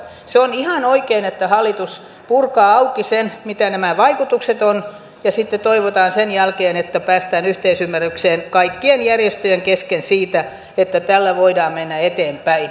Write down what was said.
se on ihan oikein että hallitus purkaa auki sen mitä nämä vaikutukset ovat ja sitten toivotaan sen jälkeen että päästään yhteisymmärrykseen kaikkien järjestöjen kesken siitä että tällä voidaan mennä eteenpäin